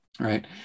Right